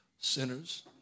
sinners